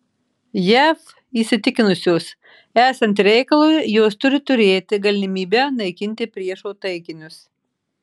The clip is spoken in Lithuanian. jav įsitikinusios esant reikalui jos turi turėti galimybę naikinti priešo taikinius